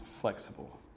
flexible